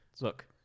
Look